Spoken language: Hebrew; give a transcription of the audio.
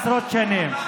ולא באתי לספור עשרות שנים.